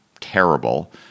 terrible